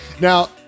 Now